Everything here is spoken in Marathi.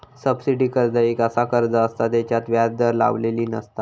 सबसिडी कर्ज एक असा कर्ज असता जेच्यात व्याज दर लावलेली नसता